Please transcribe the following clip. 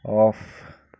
off